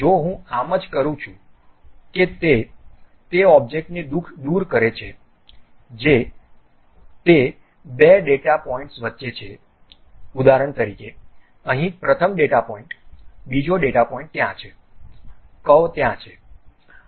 જો હું આમ જ કરું છું કે તે તે ઑબ્જેક્ટને દૂર કરે છે જે તે બે ડેટા પોઇન્ટ્સ વચ્ચે છે ઉદાહરણ તરીકે અહીં પ્રથમ ડેટા પોઇન્ટ બીજો ડેટા પોઇન્ટ ત્યાં છે કર્વ ત્યાં છે